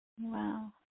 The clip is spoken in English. Wow